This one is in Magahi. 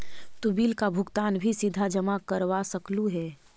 तु बिल का भुगतान भी सीधा जमा करवा सकलु हे